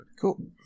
Cool